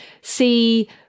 see